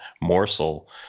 morsel